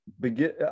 begin